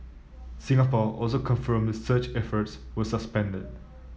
Singapore also confirmed the search efforts were suspended